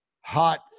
hot